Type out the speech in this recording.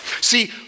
See